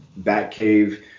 Batcave